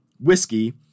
whiskey